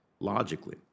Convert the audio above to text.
logically